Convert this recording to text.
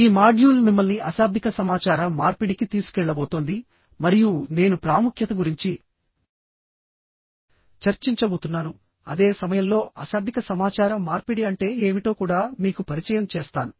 ఈ మాడ్యూల్ మిమ్మల్ని అశాబ్దిక సమాచార మార్పిడికి తీసుకెళ్లబోతోంది మరియు నేను ప్రాముఖ్యత గురించి చర్చించబోతున్నాను అదే సమయంలో అశాబ్దిక సమాచార మార్పిడి అంటే ఏమిటో కూడా మీకు పరిచయం చేస్తాను